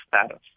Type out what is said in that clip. status